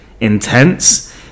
intense